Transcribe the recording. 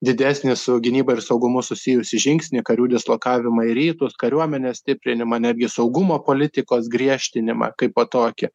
didesnį su gynyba ir saugumu susijusį žingsnį karių dislokavimą į rytus kariuomenės stiprinimą netgi saugumo politikos griežtinimą kaipo tokį